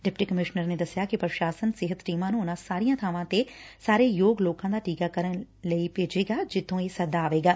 deputy commissioner ਨੇ ਦਸਿਆ ਕਿ ਪ੍ਰਸ਼ਾਸਨ ਸਿਹਤ ਟੀਮਾਂ ਨੂੰ ਉਨਾਂ ਸਾਰੀਆਂ ਬਾਵਾਂ ਤੇ ਸਾਰੇ ਯੋਗ ਲੋਕਾਂ ਦਾ ਟੀਕਾਕਰਨ ਕਰਨ ਲਈ ਭੇਜੇਗਾ ਜਿੱਬੋ ਇਹ ਸੱਦਾ ਆਵੇਗਾ